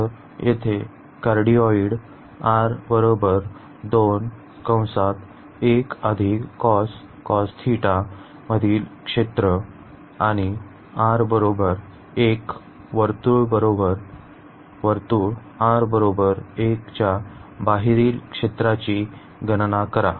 तर येथे कार्डीओआइड मधील क्षेत्र आणि r 1 वर्तुळ r 1 च्या बाहेरील क्षेत्राची गणना करा